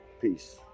Peace